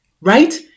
right